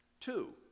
Two